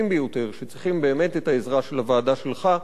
ביותר שצריכים באמת את העזרה של הוועדה שלך,